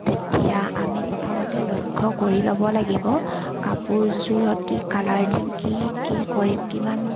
তেতিয়া আমি প্ৰথমতে লক্ষ্য কৰি ল'ব লাগিব কাপোৰযোৰত কি কালাৰ দিম কি কি কৰিম কিমান